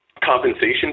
compensation